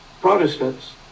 Protestants